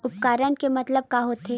उपकरण के मतलब का होथे?